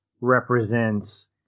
represents